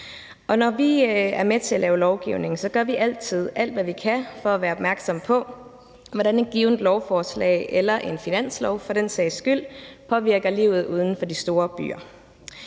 når vi er med til at lave lovgivning, gør vi altid alt, hvad vi kan, for at være opmærksom på, hvordan et givent lovforslag eller en finanslov for den sags skyld påvirker livet uden for de store byer.